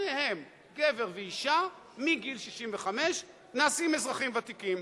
שניהם, גבר ואשה, מגיל 65 נעשים אזרחים ותיקים.